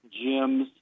gyms